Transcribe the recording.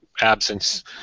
absence